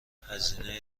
هزینه